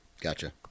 Gotcha